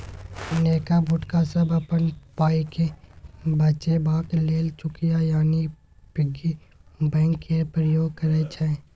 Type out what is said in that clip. नेना भुटका सब अपन पाइकेँ बचेबाक लेल चुकिया यानी पिग्गी बैंक केर प्रयोग करय छै